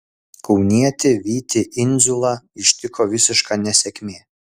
kaunietį vytį indziulą ištiko visiška nesėkmė